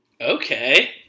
Okay